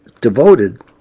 devoted